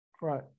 Right